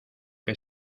que